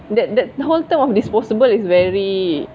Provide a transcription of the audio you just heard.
that that whole term of disposable is very